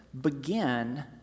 begin